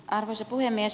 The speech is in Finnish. arvoisa puhemies